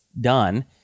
done